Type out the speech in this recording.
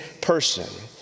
person